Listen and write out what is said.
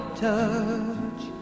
touch